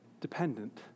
dependent